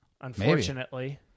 Unfortunately